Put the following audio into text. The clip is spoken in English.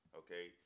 okay